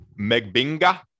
Megbinga